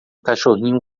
cachorrinho